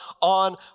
on